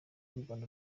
y’urwanda